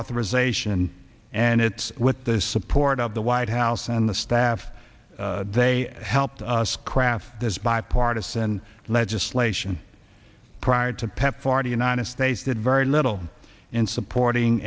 uthorization and it's with the support of the white house and the staff they helped us craft this bipartisan legislation prior to pepfar the united states did very little in supporting